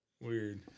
weird